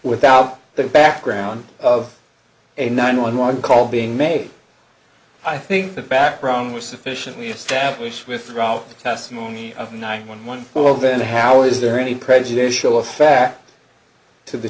without the background of a nine one one call being made i think the background was sufficiently established with throughout the testimony of nine one one well then how is there any prejudicial effect to the